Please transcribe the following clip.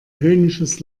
höhnisches